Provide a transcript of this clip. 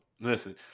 Listen